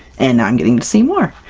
and now i'm getting to see more!